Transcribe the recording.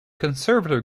conservative